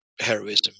heroism